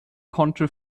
konnte